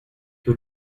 you